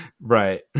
right